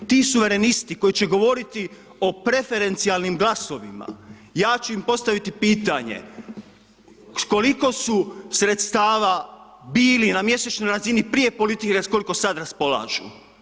Ti suvremenosti koji će govoriti o preferencijalnim glasovima, ja ću im postaviti pitanje, koliko su sredstava bili na mjesečnoj razini prije politike, s koliko sad raspolažu.